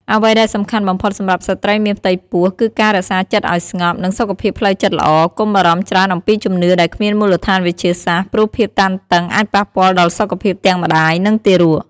អ្វីដែលសំខាន់បំផុតសម្រាប់ស្ត្រីមានផ្ទៃពោះ គឺការរក្សាចិត្តឲ្យស្ងប់ និងសុខភាពផ្លូវចិត្តល្អ កុំបារម្ភច្រើនអំពីជំនឿដែលគ្មានមូលដ្ឋានវិទ្យាសាស្ត្រ ព្រោះភាពតានតឹងអាចប៉ះពាល់ដល់សុខភាពទាំងម្តាយ និងទារក ។